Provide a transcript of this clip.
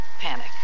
panic